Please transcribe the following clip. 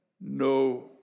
no